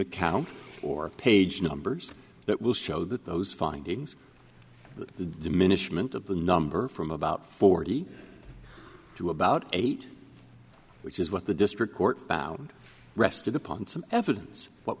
account or page numbers that will show that those findings the diminishment of the number from about forty to about eight which is what the district court rested upon some evidence what